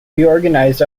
reorganized